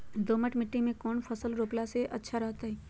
दोमट मिट्टी में कौन फसल रोपला से अच्छा रहतय?